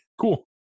Cool